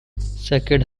sacred